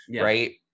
right